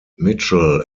mitchell